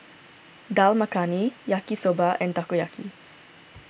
Dal Makhani Yaki Soba and Takoyaki